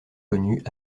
connus